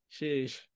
Sheesh